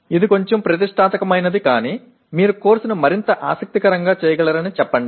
ఇది కొంచెం ప్రతిష్టాత్మకమైనది కాని మీరు కోర్సును మరింత ఆసక్తికరంగా చేయగలరని చెప్పండి